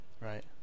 Right